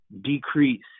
decrease